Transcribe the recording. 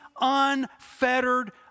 unfettered